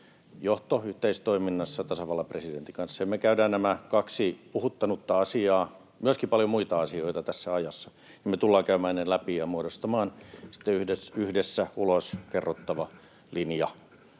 johto yhteistoiminnassa tasavallan presidentin kanssa. Me käydään läpi nämä kaksi puhuttanutta asiaa, myöskin paljon muita asioita tässä ajassa. Me tullaan käymään ne läpi ja muodostamaan sitten yhdessä ulos kerrottava linja.